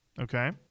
Okay